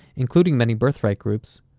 including many birthright groups,